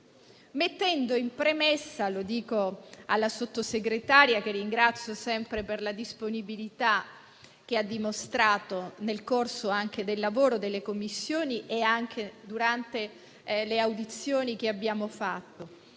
dire in premessa alla Sottosegretaria, che ringrazio sempre per la disponibilità che ha dimostrato nel corso del lavoro delle Commissioni riunite e durante le audizioni, che noi siamo